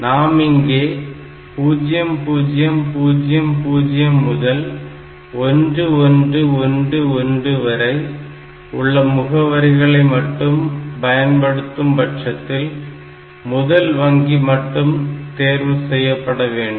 நாம் இங்கே 0000 முதல் 1111 வரை உள்ள முகவரிகளை மட்டுமே பயன்படுத்தும் பட்சத்தில் முதல் வங்கி மட்டுமே தேர்வு செய்யப்பட வேண்டும்